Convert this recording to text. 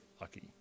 lucky